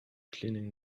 cleaning